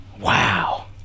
wow